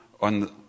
on